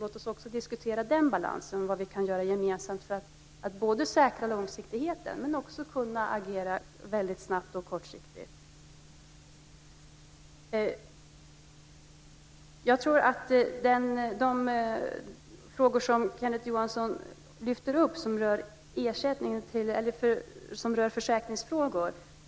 Låt oss också diskutera vad vi kan göra gemensamt både för att säkra långsiktigheten och för att kunna agera väldigt snabbt och kortsiktigt. De försäkringsfrågor som Kenneth Johansson lyfter fram